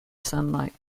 sunlight